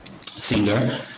singer